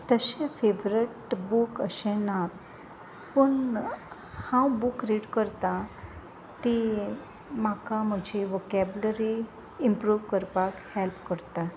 तशें favourite book अशें ना पूण हांव बूक रीड करतां ती म्हाका म्हजी वॉकेब्लरी इम्प्रूव करपाक हॅल्प करता